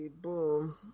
boom